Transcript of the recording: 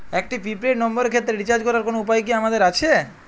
একটি prepaid নম্বরের ক্ষেত্রে রিচার্জ করার কোনো উপায় কি আমাদের আছে?